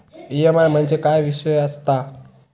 EMI म्हणजे काय विषय आसता?